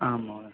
आं महो